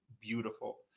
beautiful